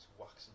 waxing